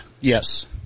Yes